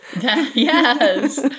Yes